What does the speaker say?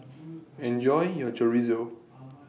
Enjoy your Chorizo